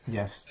yes